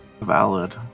valid